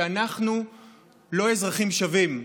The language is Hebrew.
שאנחנו לא אזרחים שווים,